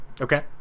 Okay